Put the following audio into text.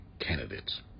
candidates